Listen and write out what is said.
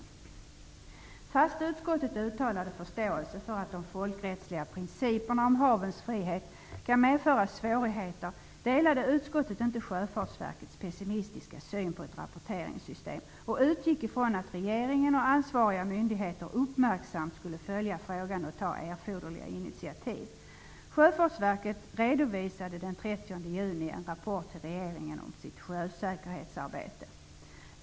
Trots att utskottet uttalade förståelse för att de folkrättsliga principerna om havens frihet kan medföra svårigheter delade utskottet inte Sjöfartsverkets pessimistiska syn på ett rapporteringssystem och utgick från att regeringen och ansvariga myndigheter uppmärksamt skulle följa frågan och ta erforderliga initiativ. Sjöfartsverket redovisade den 30 juni i en rapport till regeringen om sitt sjösäkerhetsarbete.